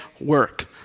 work